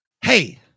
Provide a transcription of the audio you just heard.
hey